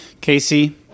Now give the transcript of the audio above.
Casey